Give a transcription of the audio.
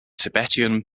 tibetan